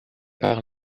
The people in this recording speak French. par